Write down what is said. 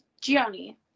Gianni